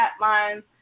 lines